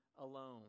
alone